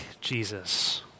Jesus